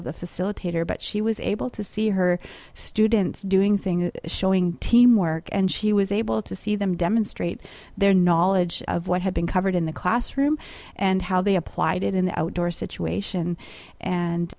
of the facilitator but she was able to see her students doing things showing teamwork and she was able to see them demonstrate their knowledge of what had been covered in the classroom and how they applied it in the outdoor situation and